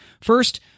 first